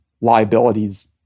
liabilities